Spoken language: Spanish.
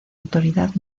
autoridad